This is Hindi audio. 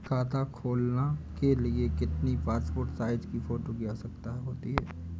खाता खोलना के लिए कितनी पासपोर्ट साइज फोटो की आवश्यकता होती है?